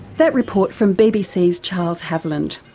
that report from bbc's charles haviland.